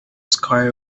sky